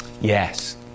Yes